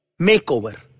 Makeover